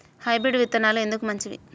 Hybrid విత్తనాలు ఎందుకు మంచిది?